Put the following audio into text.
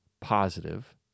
positive